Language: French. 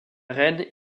rennes